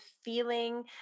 feeling